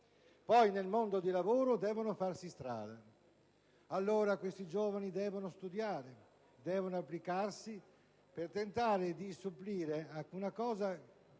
poi, nel mondo del lavoro devono farsi strada. I giovani devono studiare, devono applicarsi per tentare di supplire a qualcosa